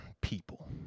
People